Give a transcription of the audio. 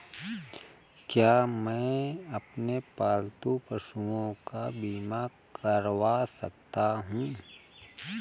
क्या मैं अपने पालतू पशुओं का बीमा करवा सकता हूं?